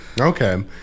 Okay